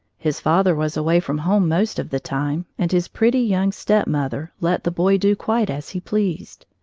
his father was away from home most of the time, and his pretty, young stepmother let the boy do quite as he pleased.